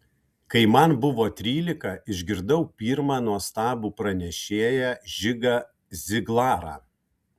kai man buvo trylika išgirdau pirmą nuostabų pranešėją žigą ziglarą